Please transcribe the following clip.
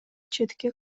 четке